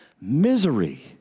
misery